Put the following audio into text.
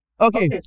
okay